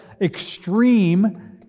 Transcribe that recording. extreme